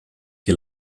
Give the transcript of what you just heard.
que